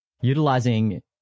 utilizing